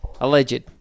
Alleged